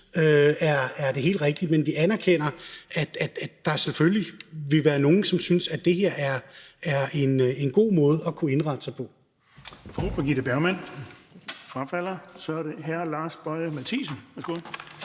er det helt rigtige, men vi anerkender, at der selvfølgelig vil være nogle, som synes, at det her er en god måde at kunne indrette sig på. Kl. 16:32 Den fg. formand (Erling Bonnesen): Fru Birgitte Bergman frafalder. Så er det hr. Lars Boje Mathiesen. Værsgo.